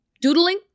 Doodling